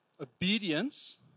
obedience